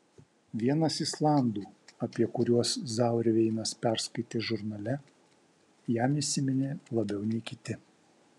vienas islandų apie kuriuos zauerveinas perskaitė žurnale jam įsiminė labiau nei kiti